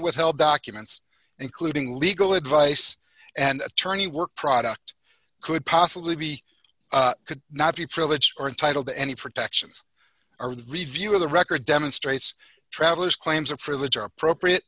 withheld documents including legal advice and attorney work product could possibly be could not be privileged or entitled to any protections or review of the record demonstrates travelers claims of privilege are appropriate